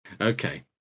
Okay